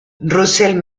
russell